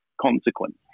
consequence